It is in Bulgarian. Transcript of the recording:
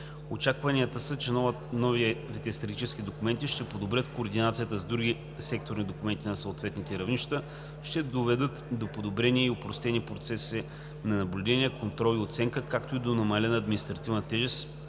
Очакванията са, че новите стратегически документи ще подобрят координацията с другите секторни документи на съответните равнища, ще доведат до подобрен и опростен процес на наблюдение, контрол и оценка, както и до намалена административна тежест